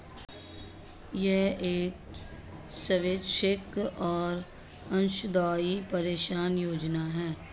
यह एक स्वैच्छिक और अंशदायी पेंशन योजना है